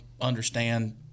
understand